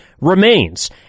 remains